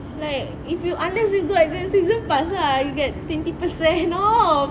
like if you unless you got the season pass lah you get twenty percent off